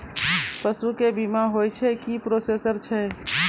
पसु के भी बीमा होय छै, की प्रोसेस छै?